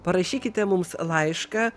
parašykite mums laišką